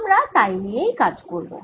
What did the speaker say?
আমরা তাই নিয়েই কাজ করব